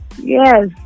Yes